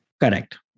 correct